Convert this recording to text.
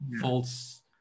false